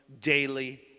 daily